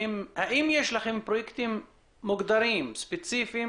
האם יש לכם פרויקטים מוגדרים ספציפיים